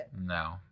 No